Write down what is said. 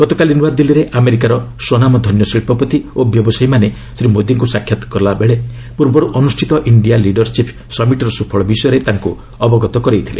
ଗତକାଲି ନୂଆଦିଲ୍ଲୀରେ ଆମେରିକାର ସ୍ୱନାମଧନ୍ୟ ଶିଳ୍ଷପତି ଓ ବ୍ୟବସାୟୀମାନେ ଶ୍ରୀ ମୋଦିଙ୍କୁ ସାକ୍ଷାତ କଲାବେଳେ ପୂର୍ବରୁ ଅନୁଷ୍ଠିତ ଇଣ୍ଡିଆ ଲିଡରସିପ୍ ସମିଟ୍ର ସୁଫଳ ବିଷୟରେ ତାଙ୍କୁ ଅବଗତ କରାଇଥିଲେ